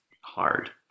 hard